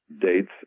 dates